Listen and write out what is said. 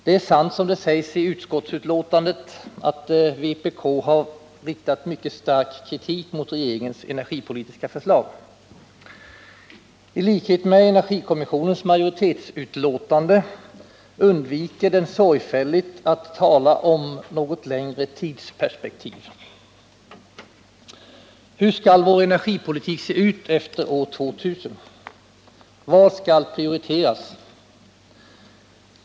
Det är sant som sägs i utskottsbetänkandet att vpk har riktat mycket skarp kritik mot regeringens energipolitiska förslag. I likhet med energikommissionens majoritetsutlåtande undviker regeringen sorgfälligt att tala om något längre tidsperspektiv. Hur skall vår energipolitik se ut efter år 2000? Vad skall prioriteras?